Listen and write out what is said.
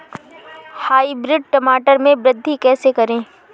Hybrid टमाटर में वृद्धि कैसे करें?